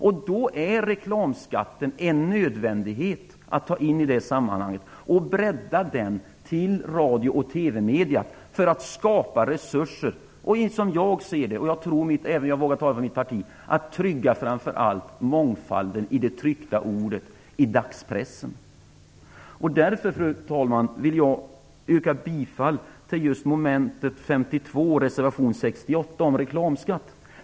I det sammanhanget är det en nödvändighet att även ta upp frågan om reklamskatt i radio och TV för att skapa resurser och, som jag ser det - och jag tror att jag vågar tala även för mitt parti - framför allt för att trygga mångfalden i det tryckta ordet i dagspressen. Därför, fru talman, vill jag yrka bifall till reservation 68 under mom. 52 om reklamskatt.